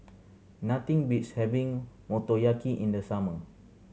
nothing beats having Motoyaki in the summer